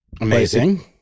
Amazing